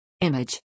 Image